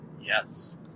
Yes